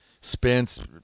spence